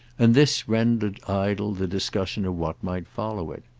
and this rendered idle the discussion of what might follow it.